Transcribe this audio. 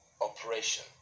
operation